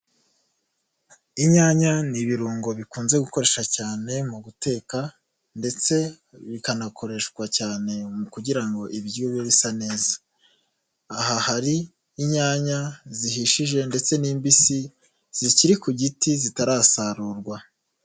Inyanya ni ibirungo bikunze gukoresha cyane mu guteka ndetse bikanakoreshwa cyane kugira ngo ibiryo bibe bisa neza, aha hari inyanya zihishije ndetse n'imbisi zikiri ku giti zitarasarurwa.